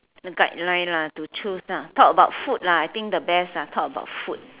the guideline lah to choose ah talk about food lah I think the best ah talk about food